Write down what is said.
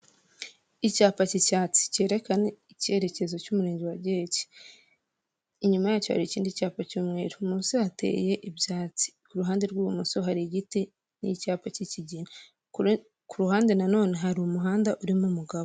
Icyapa k'icyatsi kerekana icyerekezo cy'umurenge wa Giheke, inyuma yacyo hari ikindi cyapa cy'umweru munsi hateye ibyatsi ku ruhande rw'ibumoso hari igiti n'icyapa k'ikigina, ku ruhande na none hari umuhanda urimo umugabo.